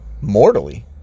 mortally